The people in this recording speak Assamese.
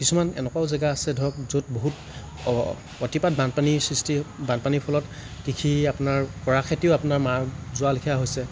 কিছুমান এনেকুৱাও জেগা আছে ধৰক য'ত অ অতিপাত বানপানী সৃষ্টি বানপানীৰ ফলত কৃষি আপোনাৰ কৰা খেতিও আপোনাৰ মাৰ যোৱালিখিয়া হৈছে